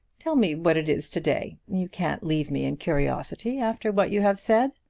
tell me what it is to-day. you can't leave me in curiosity after what you have said.